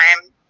time